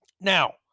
Now